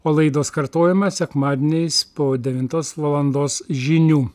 o laidos kartojimą sekmadieniais po devintos valandos žinių